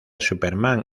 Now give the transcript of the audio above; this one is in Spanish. superman